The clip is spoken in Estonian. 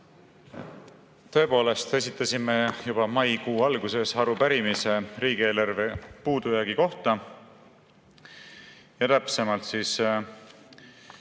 Tõepoolest esitasime juba maikuu alguses arupärimise riigieelarve puudujäägi kohta. Täpsemalt